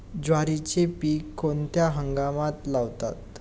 ज्वारीचे पीक कोणत्या हंगामात लावतात?